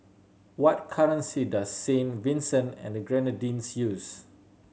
what currency does Saint Vincent and Grenadines use